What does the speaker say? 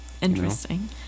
Interesting